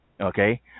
Okay